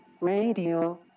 radio